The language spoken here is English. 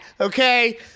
okay